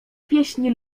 pieśni